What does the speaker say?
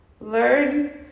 learn